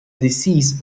disease